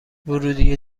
ورودیه